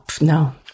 no